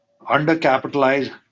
undercapitalized